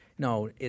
No